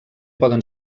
poden